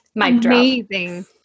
amazing